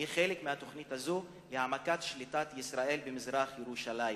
היא חלק מהתוכנית הזאת להעמקת שליטת ישראל במזרח-ירושלים.